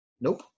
Nope